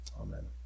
Amen